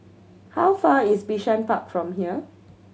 how far is Bishan Park from here